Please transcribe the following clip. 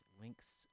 links